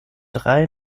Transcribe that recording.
drei